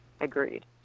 Agreed